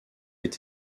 est